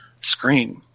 screen